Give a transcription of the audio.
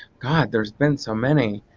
god there's been so many.